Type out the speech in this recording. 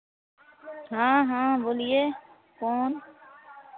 हाँ हाँ बोलिए कौन